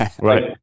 Right